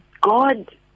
God